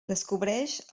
descobreix